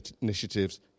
initiatives